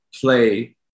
play